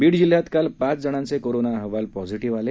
बीड जिल्ह्यात काल पाच जणांचे कोरोना अहवाल पॅझीटीव्ह आले